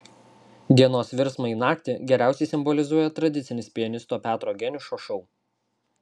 dienos virsmą į naktį geriausiai simbolizuoja tradicinis pianisto petro geniušo šou